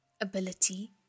ability